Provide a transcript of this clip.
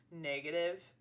negative